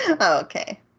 Okay